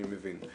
אני מבין.